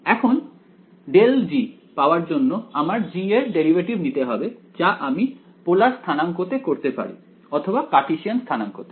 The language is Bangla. এখন ∇g পাওয়ার জন্য আমার g এর ডেরিভেটিভ নিতে হবে যা আমি পোলার স্থানাংক তে করতে পারি অথবা কার্টেসিয়ান স্থানাংক তে